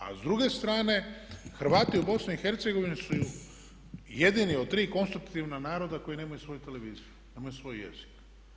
A s druge strane Hrvati u BiH su jedini od tri konstitutivna naroda koji nemaju svoju televiziju, nemaju svoj jezik.